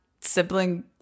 sibling